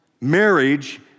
marriage